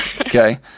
Okay